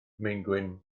maengwyn